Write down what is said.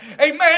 Amen